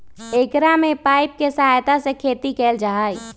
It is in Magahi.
एकरा में पाइप के सहायता से खेती कइल जाहई